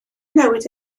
newid